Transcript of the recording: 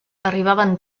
arribaven